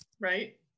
Right